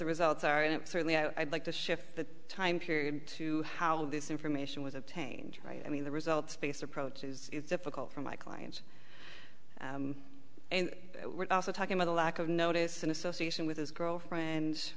the results are in it certainly i'd like to shift the time period to how this information was obtained i mean the results based approach is difficult for my clients and we're also talking about a lack of notice in association with his girlfriend